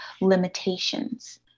limitations